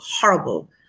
horrible